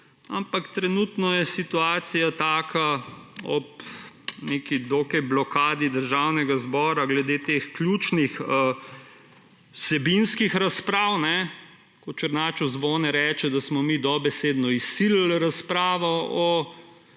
ampak trenutno je situacija taka ob neki dokaj blokadi Državnega zbora glede teh ključnih vsebinskih razprav, ko Černačev Zvone reče, da smo mi dobesedno izsilili razpravo o